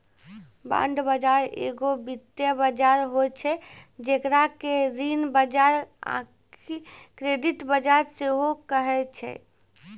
bond बजार एगो वित्तीय बजार होय छै जेकरा कि ऋण बजार आकि क्रेडिट बजार सेहो कहै छै